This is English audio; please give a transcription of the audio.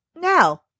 Now